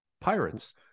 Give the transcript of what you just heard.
pirates